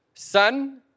Son